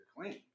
claim